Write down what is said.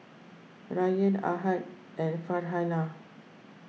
Rayyan Ahad and Farhanah